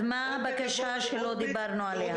אז מה הבקשה שלא דיברנו עליה?